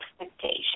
expectation